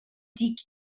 دیگ